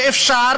שאפשר